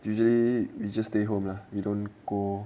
usually we just stay home lah you don't go